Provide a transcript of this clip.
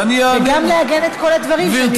וגם לעגן את כל הדברים שנראים לך חשובים?